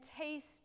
taste